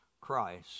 Christ